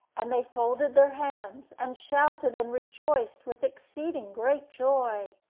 and they folded their hands, and shouted, and rejoiced with exceeding great joy.